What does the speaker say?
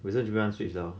有些 zoo lan switch liao